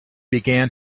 began